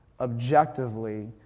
objectively